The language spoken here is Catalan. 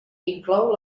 inclou